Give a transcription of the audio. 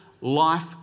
Life